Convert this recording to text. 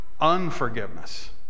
unforgiveness